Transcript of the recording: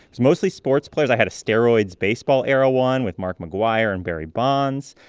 it's mostly sports players. i had a steroids baseball era one with mark mcgwire and barry bonds.